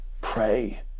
pray